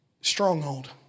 Stronghold